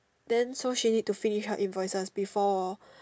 then so she need to finish her invoices before